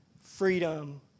freedom